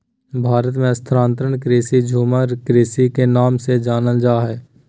भारत मे स्थानांतरण कृषि, झूम कृषि के नाम से जानल जा हय